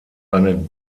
eine